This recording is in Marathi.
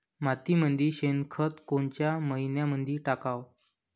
मातीमंदी शेणखत कोनच्या मइन्यामंधी टाकाव?